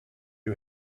who